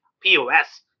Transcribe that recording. POS